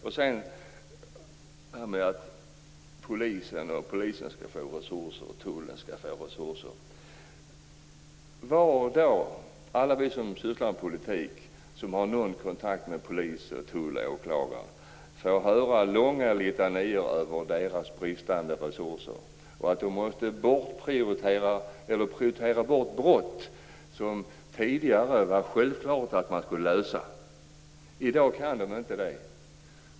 Det sägs att polisen och tullen skall få resurser. Varifrån då? Alla vi som sysslar med politik och som har någon kontakt med polis, tull och åklagare får höra långa litanior över deras bristande resurser. De måste prioritera bort brott som det tidigare var självklart att man skulle lösa. I dag kan de inte det.